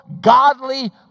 godly